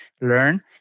learn